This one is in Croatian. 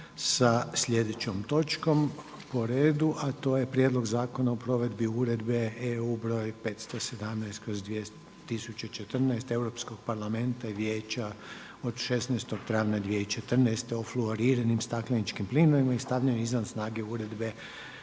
sa slijedećom točkom po redu a to je Prijedlog zakona o provedbi Uredbe EU 517/2014 Europskog parlamenta i Vijeća od 16. travnja 2014. o fluoriranim stakleničkim plinovim i stavljanju izvan snage Uredbe EZ